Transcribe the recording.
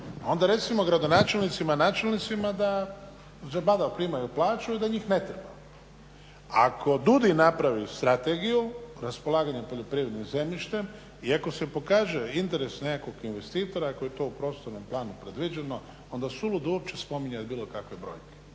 Onda recimo gradonačelnicima, načelnicima da zabadava primaju plaću i da njih ne treba, ako DUDI napravi strategiju raspolaganja poljoprivrednim zemljištem i ako se pokaže interes nekakvog investitora, ako je to u prostornom planu predviđeno onda suludo uopće spominjat bilo kakve brojke.